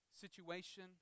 situation